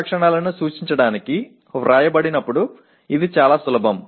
Oக்கள் ஒரு பல்வேறு அம்சங்களைக் குறிக்க எழுதப்படும்போது இது மிகவும் எளிதானது